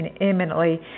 imminently